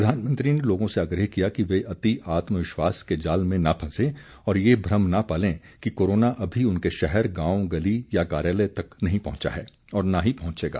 प्रधानमंत्री ने लोगों से आग्रह किया कि वे अति आत्म विश्वास के जाल में न फंसें और यह भ्रम न पालें कि कोरोना अभी उनके शहर गांव गली या कार्यालय तक नहीं पहंचा है और न ही पहंचेगा